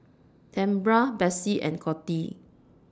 Tambra Bessie and Coty